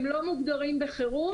אתה מוכן לחזור על הדברים?